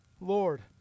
Lord